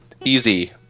easy